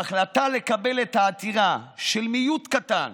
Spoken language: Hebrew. ההחלטה לקבל את העתירה של מיעוט קטן